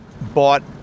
Bought